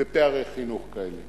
בפערי חינוך כאלה?